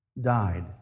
died